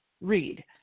Read